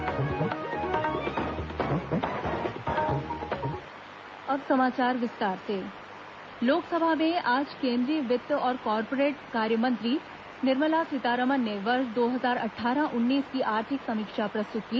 आर्थिक सर्वेक्षण लोकसभा में आज वित्त और कॉरपोरेट कार्यमंत्री निर्मला सीतारमण ने वर्ष दो हजार अट्ठारह उन्नीस की आर्थिक समीक्षा प्रस्तुत की